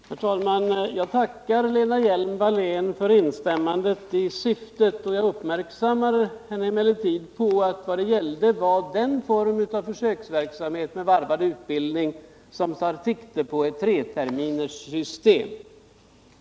Herr talman! Jag tackar Lena Hjelm-Wallén för instämmandet i syftet bakom vårt krav. Vad jag ville uppmärksamma henne på var emellertid att det gällde den form av varvad utbildning som avses ingå i ett treterminssystem.